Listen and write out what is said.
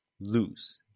lose